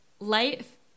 Life